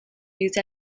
used